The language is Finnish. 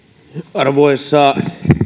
arvoisa